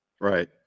Right